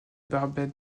barbey